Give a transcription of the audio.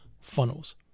funnels